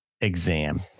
Exam